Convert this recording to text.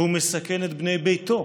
והוא מסכן את בני ביתו.